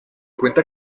cuenta